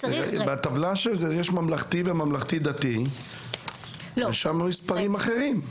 בטבלה יש ממלכתי וממלכתי דתי ושם המספרים אחרים.